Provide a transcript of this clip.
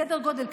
סדר גודל,